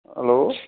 hello